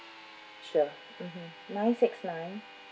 sure mmhmm nine six nine